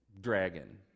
dragon